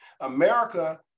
America